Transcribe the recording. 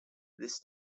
this